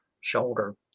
shoulder